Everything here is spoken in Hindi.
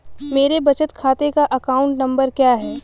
मेरे बचत खाते का अकाउंट नंबर क्या है?